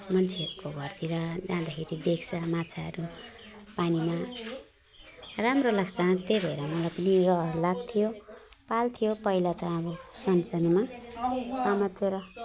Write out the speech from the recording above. मान्छेहरूको घरतिर जाँदाखेरि देख्छ माछाहरू पानीमा राम्रो लाग्छ त्यही भएर हामीलाई पनि रहर लाग्थ्यो पाल्थ्यो पहिला त अब सानोसानोमा समातेर